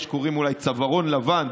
מה שקוראים אולי צווארון לבן,